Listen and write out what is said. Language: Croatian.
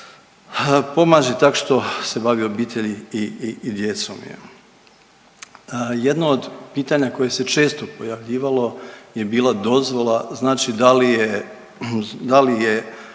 pomaže tak što se bavi obitelji i djecom. Jedno od pitanja koje se često pojavljivalo je bila dozvola znači da li je